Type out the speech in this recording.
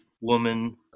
woman